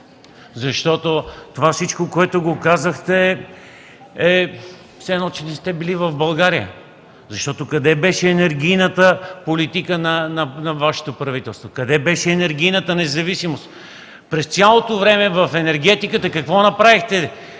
Всичко това, което казахте – все едно, че не сте били в България! Къде беше енергийната политика на Вашето правителство? Къде беше енергийната независимост? През цялото време в енергетиката какво направихте?